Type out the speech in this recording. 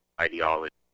ideology